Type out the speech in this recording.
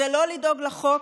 זה לא לדאוג לחוק,